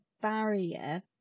barrier